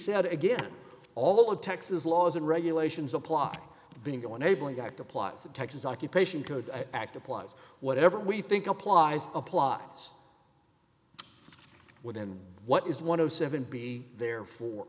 said again all of texas laws and regulations apply being unable to act applies to texas occupation code act applies whatever we think applies a plots within what is one of seven b therefore